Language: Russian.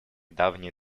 давние